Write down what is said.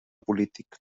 polític